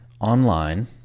online